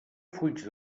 fuig